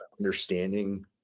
Understanding